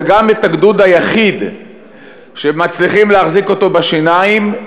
וגם הגדוד היחיד שמצליחים להחזיק אותו בשיניים,